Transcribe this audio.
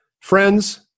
friends